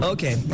Okay